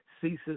ceases